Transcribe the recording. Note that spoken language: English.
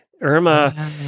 Irma